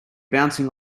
bouncing